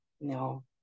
No